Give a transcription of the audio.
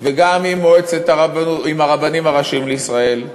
וגם עם הרבנים הראשיים לישראל.